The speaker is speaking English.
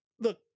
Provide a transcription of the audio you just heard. look